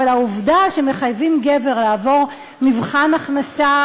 אבל העובדה שמחייבים גבר לעבור מבחן הכנסה,